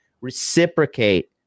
reciprocate